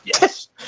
Yes